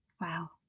Wow